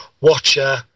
Watcher